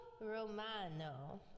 Romano